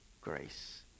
grace